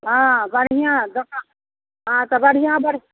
हँ बढ़िआँ दोकान हँ तऽ बढ़िआँ बढ़िआँ